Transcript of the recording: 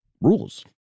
rules